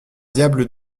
diable